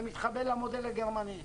זה מתחבר למודל הגרמני.